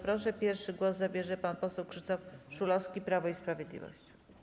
Bardzo proszę, pierwszy głos zabierze pan poseł Krzysztof Szulowski, Prawo i Sprawiedliwość.